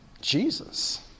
Jesus